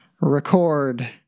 record